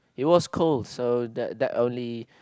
it was cold so that that only